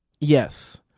Yes